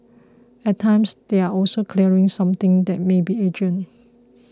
at times they are also clearing something that may be urgent